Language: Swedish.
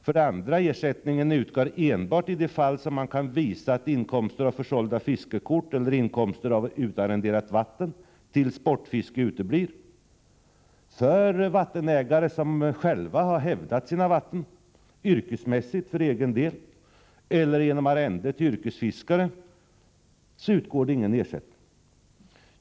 För det andra: Ersättningen utgår enbart i de fall man kan visa att inkomster av försålda fiskekort eller inkomster av utarrenderat vatten till sportfiske uteblir. För den vattenägare som hävdat rätten till sina vatten yrkesmässigt för egen del eller genom arrende till yrkesfiskare utgår ingen ersättning.